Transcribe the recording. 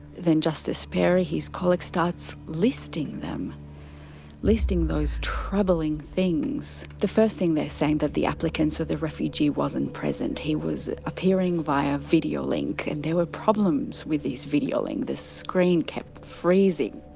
then justice perry, his colleague, starts listing them listing those troubling things. the first thing they're saying that the applicant, so the refugee, wasn't present. he was appearing via video link and there were problems with the video link, the screen kept freezing.